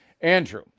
Andrew